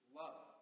love